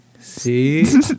See